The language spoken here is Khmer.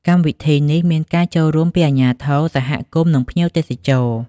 កម្មវិធីនេះមានការចូលរួមពីអាជ្ញាធរ សហគមន៍និងភ្ញៀវទេសចរ។